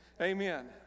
Amen